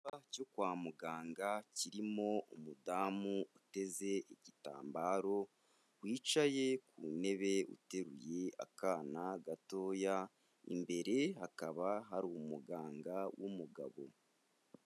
Icyumba cyo kwa muganga kirimo umudamu uteze igitambaro wicaye ku ntebe uteruye akana gatoya, imbere hakaba hari umuganga w'umugabo.